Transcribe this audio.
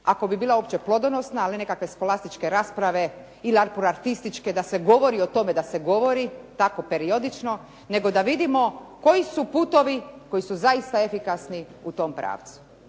ako bi bila opće plodonosna ali nekakve spolastičke rasprave i larpurlartističke da se govori o tome da se govori tako periodično nego da vidimo koji su putovi koji su zaista efikasni u tom pravcu.